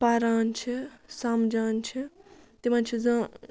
پَران چھِ سَمجان چھِ تِمَن چھِ زا